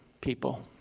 people